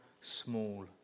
small